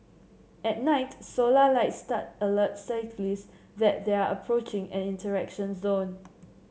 at night solar light stud alert cyclist that they are approaching an interaction zone